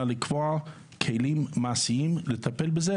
אלא לקבוע כלים מעשיים לטפל בזה,